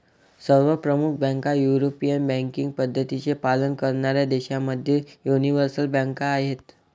सर्व प्रमुख बँका युरोपियन बँकिंग पद्धतींचे पालन करणाऱ्या देशांमधील यूनिवर्सल बँका आहेत